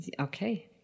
Okay